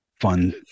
fun